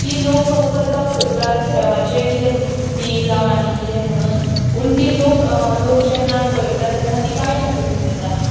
ती लोक करपाक सोदतात देवाचे कितें भक्ती जावं आनी किदें म्हणून पूण ती लोक लोक जेन्ना पळयता तेन्ना ती वायट नदरेन पयता